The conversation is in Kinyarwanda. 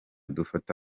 dufata